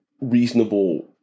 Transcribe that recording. reasonable